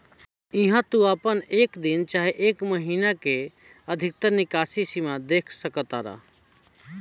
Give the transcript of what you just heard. इहा तू आपन एक दिन के चाहे एक महीने के अधिकतर निकासी सीमा देख सकतार